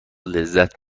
لذت